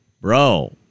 bro